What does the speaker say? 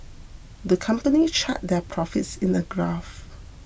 the company charted their profits in a graph